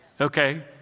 Okay